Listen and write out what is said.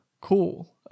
Cool